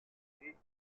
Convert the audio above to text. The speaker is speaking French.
nommé